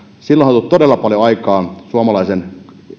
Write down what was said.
sillä on todella paljon saatu aikaan suomalaisten